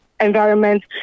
environment